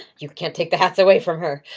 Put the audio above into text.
you can't take the hats away from her.